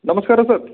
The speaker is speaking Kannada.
ನಮಸ್ಕಾರ ಸರ್